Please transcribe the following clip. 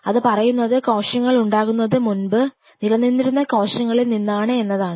അത് പറയുന്നത് കോശങ്ങൾ ഉണ്ടാക്കുന്നത് മുൻപ് നിലനിന്നിരുന്ന കോശങ്ങളിൽ നിന്നാണ് എന്നതാണ്